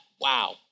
wow